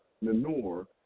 manure